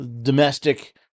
domestic